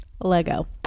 Lego